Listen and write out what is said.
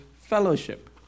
fellowship